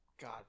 God